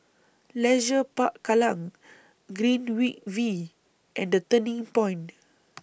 Leisure Park Kallang Greenwich V and The Turning Point